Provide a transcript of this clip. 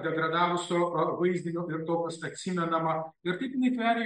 degradavusio vaizdinio ir to kas atsimenama ir kaip jinai tveria